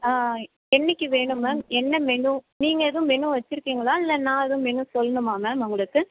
என்னைக்கி வேணும் மேம் என்ன மெனு நீங்கள் எதுவும் மெனு வெச்சுருக்கீங்களா இல்லை நான் எதுவும் மெனு சொல்லணுமா மேம் உங்களுக்கு